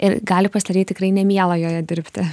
ir gali pasidaryt tikrai nemiela joje dirbti